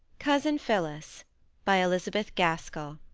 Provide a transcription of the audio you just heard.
cousin phillis by elizabeth gaskell